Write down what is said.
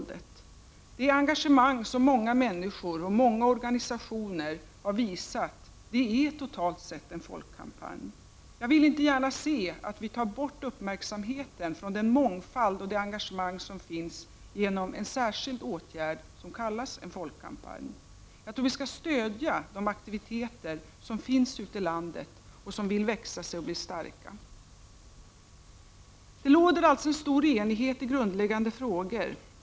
Det engagemang som många människor och många organisationer visat är totalt sett en folkkampanj. Jag vill inte gärna se att vi tar bort uppmärksamheten från den mångfald och det engagemang som finns genom en särskild åtgärd som kallas folkkampanj. Jag tror vi skall stödja de aktiviteter som pågår ute i landet och som vill växa sig starka. Det råder alltså en bred enighet i grundläggande frågor.